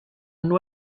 nur